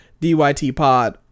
dytpod